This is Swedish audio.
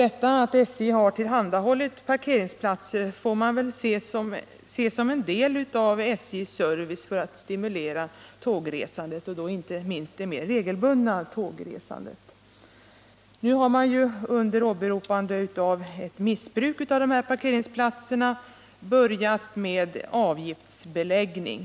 Att SJ tillhandahåller parkeringsplatser kan ses som en del av SJ:s service för att stimulera tågresandet, och då inte minst det mer regelbundna resandet. Nu har man under åberopande av ett missbruk av parkeringsplatserna börjat med avgiftsbeläggning.